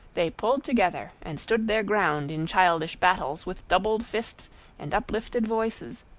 they pulled together and stood their ground in childish battles with doubled fists and uplifted voices,